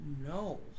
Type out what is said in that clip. no